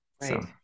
Right